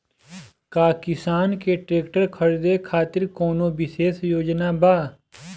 का किसान के ट्रैक्टर खरीदें खातिर कउनों विशेष योजना बा?